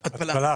ההתפלה,